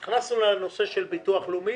ואז נכנסנו לנושא של הביטוח הלאומי,